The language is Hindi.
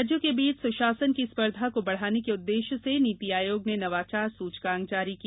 राज्यों के बीच सुशासन की स्पर्धा को बढ़ाने के उद्देश्य से नीति आयोग ने नवाचार सूचकांक जारी की